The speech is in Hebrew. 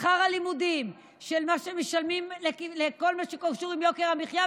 שכר הלימודים ומה שהם משלמים בכל מה שקשור עם יוקר המחיה,